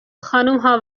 خانمها